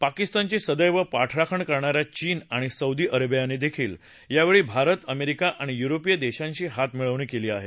पाकिस्तानची सदैव पाठराखण करणा या चीन आणि सौदी अरेबियानंही यावेळी भारत अमेरिका आणि युरोपीय देशांशी हातमिळवणी केली आहे